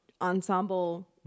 ensemble